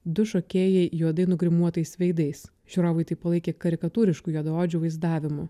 du šokėjai juodai nugrimuotais veidais žiūrovai tai palaikė karikatūrišku juodaodžių vaizdavimu